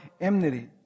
enmity